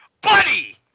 Buddy